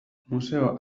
museo